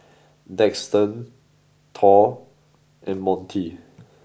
Daxton Thor and Monty